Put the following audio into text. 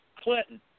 Clinton